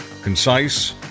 concise